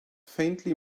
faintly